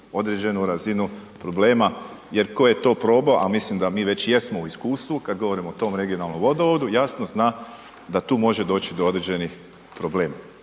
određenu razinu problema, jer tko je to probao, a mislim da mi već jesmo u iskustvu kad govorimo o tom regionalnom vodovodu, jasno zna da tu može doći do određenih problema.